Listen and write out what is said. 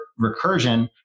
recursion